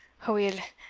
aweel,